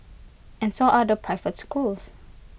and so are the private schools